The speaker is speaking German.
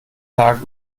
tag